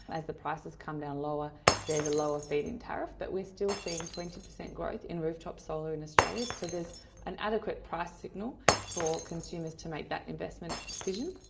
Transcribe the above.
as the price has come down lower there is a lower feed-in tariff, but we are still seeing twenty percent growth in rooftop solar in australia. so there's an adequate price signal for consumers to make that investment decision.